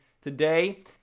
today